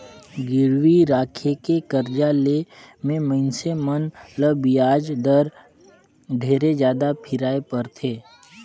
गिरवी राखके करजा ले मे मइनसे मन ल बियाज दर ढेरे जादा फिराय परथे